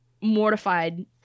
mortified